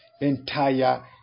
entire